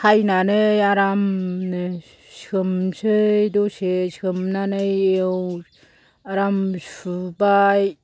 सायनानै आरामनो सोमसै दसे सोमनानै आराम सुबाय